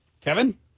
Kevin